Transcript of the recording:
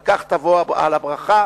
על כך תבוא על הברכה,